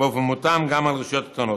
באופן מותאם גם על רשויות קטנות.